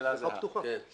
יש